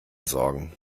sorgen